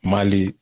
Mali